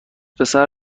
پسر